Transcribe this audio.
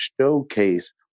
Showcase